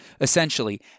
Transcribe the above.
Essentially